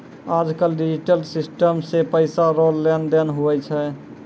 आज कल digital system से पैसा रो लेन देन हुवै छै